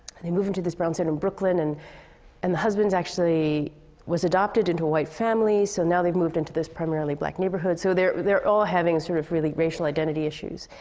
and they move into this brownstone in brooklyn. and and the husband's actually was adopted into a white family, so now they've moved into this primarily black neighborhood. so they're they're all having sort of really racial identity issues.